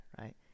right